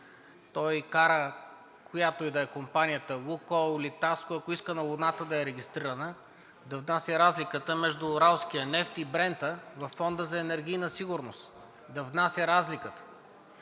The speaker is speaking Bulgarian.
Той кара, която и да е компанията – „Лукойл“, „Литаско“, ако иска на луната да е регистрирана, да внася разликата между нефт „Уралс“ и „Брент“ във Фонда за енергийна сигурност. Да внася разликата!